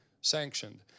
sanctioned